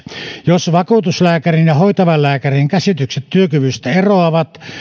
jos vakuutuslääkärin ja hoitavan lääkärin käsitykset työkyvystä eroavat